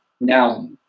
Now